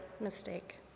mistake